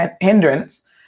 hindrance